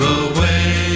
away